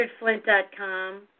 richardflint.com